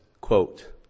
quote